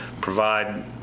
provide